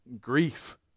Grief